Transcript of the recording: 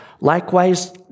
Likewise